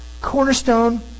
cornerstone